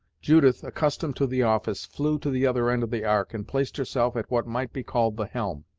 judith, accustomed to the office, flew to the other end of the ark, and placed herself at what might be called the helm.